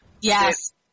Yes